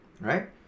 right